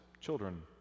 children